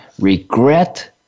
Regret